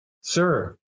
Sir